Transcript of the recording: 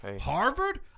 harvard